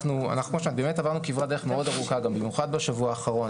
אנחנו עברנו כברת דרך מאוד ארוכה ובמיוחד בשבוע האחרון.